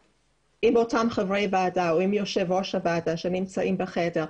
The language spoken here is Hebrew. אותם חברי ועדה או אם יושב ראש הוועדה שנמצאים בחדר,